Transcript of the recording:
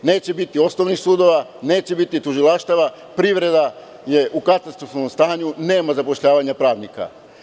Neće biti osnovnih sudova, neće biti tužilaštava, privreda je u katastrofalnom stanju, nema zapošljavanja pravnika.